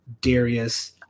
darius